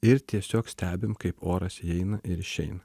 ir tiesiog stebim kaip oras įeina ir išeina